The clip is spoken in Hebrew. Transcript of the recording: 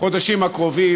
בחודשים הקרובים.